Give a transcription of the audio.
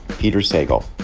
peter sagal.